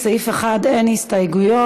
לסעיף 1 אין הסתייגויות.